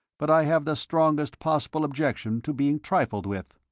but i have the strongest possible objection to being trifled with.